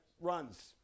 runs